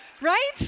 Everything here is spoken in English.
Right